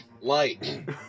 Light